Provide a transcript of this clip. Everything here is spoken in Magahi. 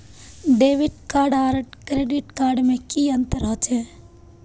डेबिट कार्ड आर क्रेडिट कार्ड में की अंतर होचे?